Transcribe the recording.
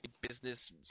business